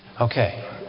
Okay